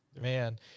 man